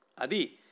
Adi